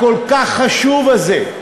הכל-כך חשוב הזה,